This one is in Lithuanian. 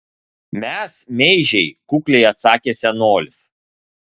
mes meižiai kukliai atsakė senolis